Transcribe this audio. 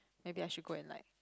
maybe I should go and like